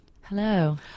Hello